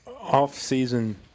off-season